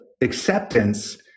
acceptance